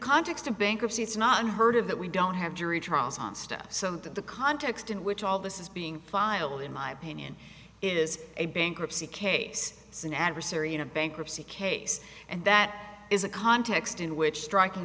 context of bankruptcy it's not unheard of that we don't have jury trials on stuff so that the context in which all this is being filed in my opinion is a bankruptcy case sanat research in a bankruptcy case and that is a context in which strik